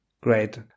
Great